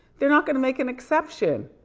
they're not gonna make an exception.